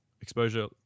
exposure